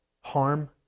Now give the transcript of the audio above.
harm